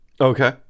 okay